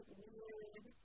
weird